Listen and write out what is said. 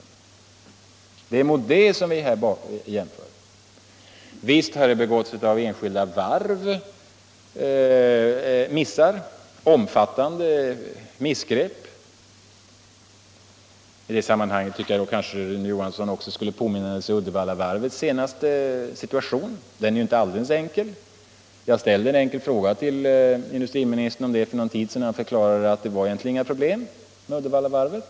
Och det är med det som vi här jämför. Visst har enskilda varv gjort missar — omfattande missgrepp. I det sammanhanget tycker jag att Rune Johansson skulle påminna sig Uddevallavarvets senast situation. Den är ju inte alldeles enkel. Jag ställde en fråga till industriministern om det för någon tid sedan. Industriministern förklarade att det var egentligen inga problem med Uddevallavarvet.